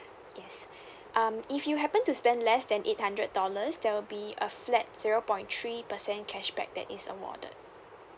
yes um if you happen to spend less than eight hundred dollars there will be a flat zero point three percent cashback that is awarded